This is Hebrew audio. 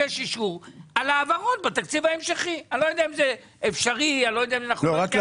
בממשלה הרעה הזאת העבירו תקציב אחרי שלוש שנים שלא היה תקציב.